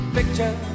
Picture